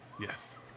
Yes